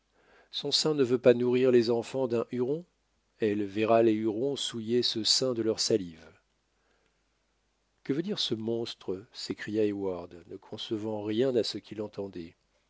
son sein ne veut pas nourrir les enfants d'un huron elle verra les hurons souiller ce sein de leur salive que veut dire ce monstre s'écria heyward ne concevant rien à ce qu'il entendait